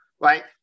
Right